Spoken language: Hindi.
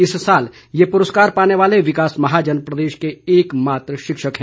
इस साल ये पुरस्कार पाने वाले विकास महाजन प्रदेश के एक मात्र शिक्षक है